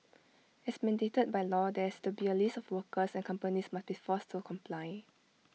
as mandated by law there has to be A list of workers and companies must be forced to comply